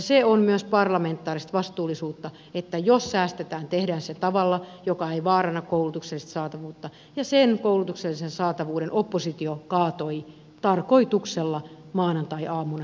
se on myös parlamentaarista vastuullista että jos säästetään tehdään se tavalla joka ei vaaranna koulutuksellista saatavuutta ja sen koulutuksellisen saatavuuden oppositio kaatoi tarkoituksella maanantaiaamuna